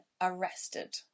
arrested